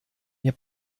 mir